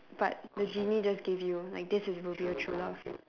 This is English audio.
but the genie just give you like this is will be your true love